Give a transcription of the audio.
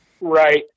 Right